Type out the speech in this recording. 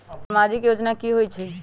समाजिक योजना की होई छई?